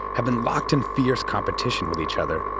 have been locked in fierce competition with each other,